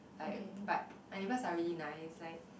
like but my neighbours are really nice like